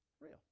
real